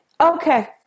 okay